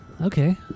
Okay